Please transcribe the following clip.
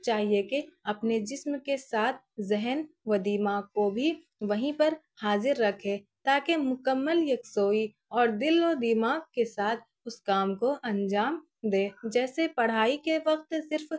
چاہیے کہ اپنے جسم کے ساتھ ذہن و دماغ کو بھی وہیں پر حاضر رکھے تاکہ مکمل یکسوئی اور دل و دماغ کے ساتھ اس کام کو انجام دے جیسے پڑھائی کے وقت صرف